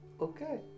Okay